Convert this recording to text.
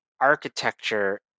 architecture